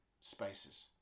spaces